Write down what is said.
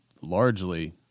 largely